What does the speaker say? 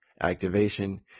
activation